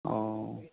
अ